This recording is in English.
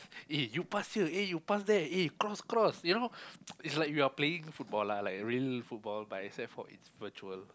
eh you pass here eh you pass there eh cross cross you know it's like you are playing football lah like really football but except for it's virtual